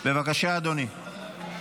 בבקשה, אדוני.